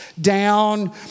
down